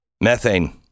Methane